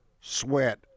sweat